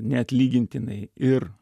neatlygintinai ir